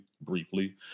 briefly